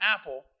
apple